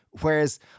Whereas